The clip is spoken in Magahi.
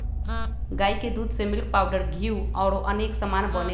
गाई के दूध से मिल्क पाउडर घीउ औरो अनेक समान बनै छइ